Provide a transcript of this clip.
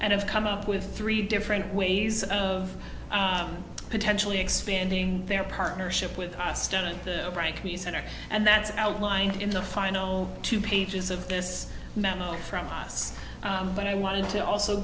and have come up with three different ways of potentially expanding their partnership with stan and frankly center and that's outlined in the final two pages of this memo from us but i wanted to also